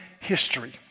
history